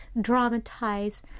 dramatize